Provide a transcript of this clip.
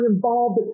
involved